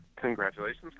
Congratulations